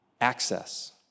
Access